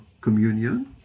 communion